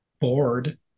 bored